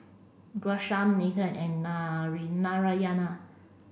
Ghanshyam Nathan and Narayana